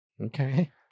Okay